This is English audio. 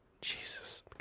Jesus